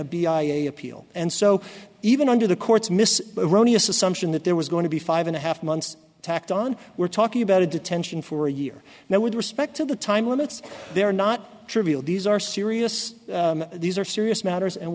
and a appeal and so even under the court's mis erroneous assumption that there was going to be five and a half months tacked on we're talking about a detention for a year now with respect to the time limits there are not trivial these are serious these are serious matters and